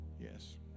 yes